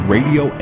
Radio